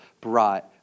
brought